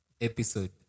episode